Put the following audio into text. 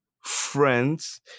friends